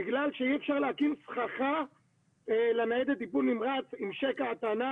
בגלל שאי אפשר להקים סככה לניידת טיפול הנמרץ עם שקל הטענה,